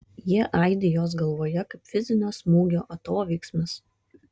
jie aidi jos galvoje kaip fizinio smūgio atoveiksmis